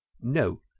no